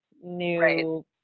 new